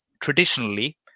traditionally